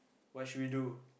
what should we do